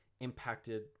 impacted